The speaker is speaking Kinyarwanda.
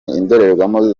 indorerwamo